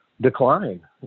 decline